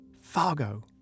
Fargo